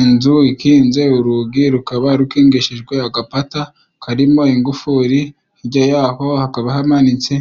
Inzu ikinze, urugi rukaba rukingishijwe agapata karimo ingufuri. Hirya yaho hakaba hamanitse